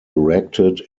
erected